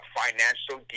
financial